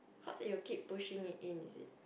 how do you keep pushing it in is it